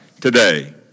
today